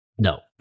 No